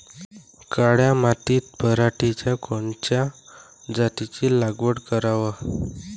काळ्या मातीत पराटीच्या कोनच्या जातीची लागवड कराव?